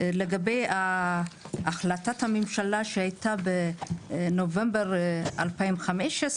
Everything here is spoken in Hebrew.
לגבי החלטת הממשלה שהיתה בנובמבר 2015,